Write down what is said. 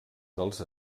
dels